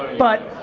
but,